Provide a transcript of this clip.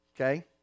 okay